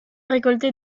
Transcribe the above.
récolter